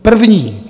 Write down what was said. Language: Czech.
První.